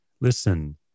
listen